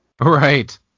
Right